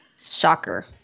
Shocker